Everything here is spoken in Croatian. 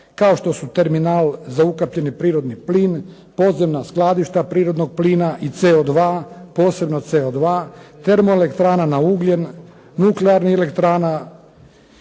kao što su terminal za ukapljeni prirodni plin, podzemna skladišta prirodnog plina i CO2, posebno CO2, termoelektrana na ugljen, nuklearnih elektrana